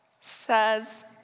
says